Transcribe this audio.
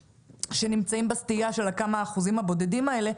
שנמצאים בסטייה של אותם האחוזים הבודדים האלה,